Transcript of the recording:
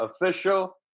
official